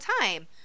time